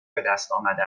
بهدستآمده